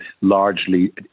largely